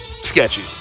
sketchy